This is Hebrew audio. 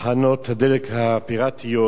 תחנות הדלק הפיראטיות